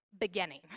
beginning